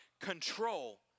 control